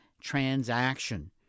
transaction